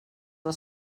del